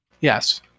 Yes